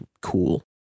cool